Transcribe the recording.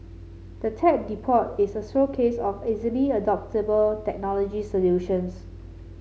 the Tech Depot is a showcase of easily adoptable technology solutions